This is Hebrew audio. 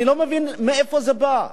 אני לא מבין מאיפה זה בא,